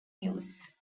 use